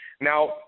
Now